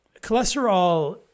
Cholesterol